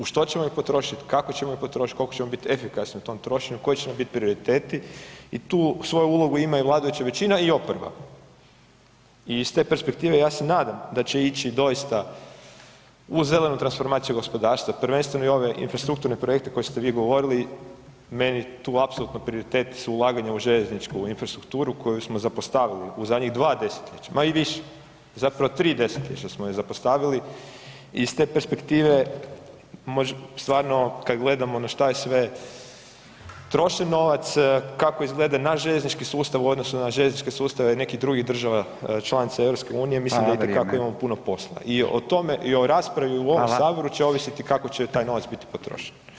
U što ćemo ih potrošiti, kako ćemo ih potrošiti, koliko ćemo biti efikasni u tom trošenju, koji će nam biti prioriteti i tu svoju ulogu imaju i vladajuća većina i oporba i iz te perspektive ja se nadam da će ići doista u zelenu transformaciju gospodarstva, prvenstveno i ove infrastrukturne projekte koje ste vi govorili, meni tu apsolutno je prioritet su ulaganja u željezničku infrastrukturu koju smo zapostavili u zadnjih 2 desetljeća, ma i više, zapravo 3 desetljeća smo ih zapostavili i iz te perspektive, stvarno kad gledamo na šta je sve trošen novac, kako izgleda naš željeznički sustav u odnosu na željezničke sustave nekih drugih država članica EU-a, mislim da itekako imamo puno posla i [[Upadica Radin: Hvala, vrijeme.]] u raspravi u ovom Saboru će ovisiti kako će taj novac biti potrošen.